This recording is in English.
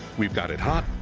we've got it hot.